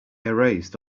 erased